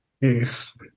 Yes